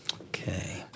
Okay